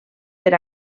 per